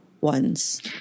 ones